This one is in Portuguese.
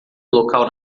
local